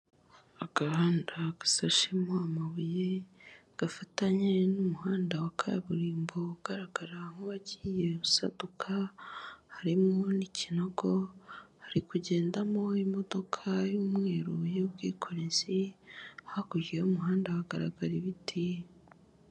Agahanda gasashemo amabuye, gafatanye n'umuhanda wa kaburimbo ugaragara nk'uwagiye usaduka, harimo n'ikinogo, hari kugendamo imodoka y'umweru y'ubwikorezi, hakurya y'umuhanda hagaragara ibiti.